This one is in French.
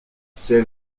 ces